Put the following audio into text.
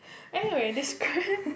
anyway describe